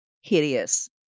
hideous